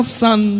son